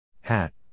Hat